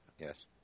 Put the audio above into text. Yes